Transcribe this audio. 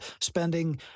spending